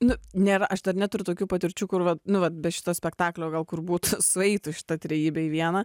nu nėra aš dar neturiu tokių patirčių kur vat nu vat be šito spektaklio gal kur būtų sueitų šita trejybė į vieną